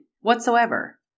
whatsoever